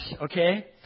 okay